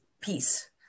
peace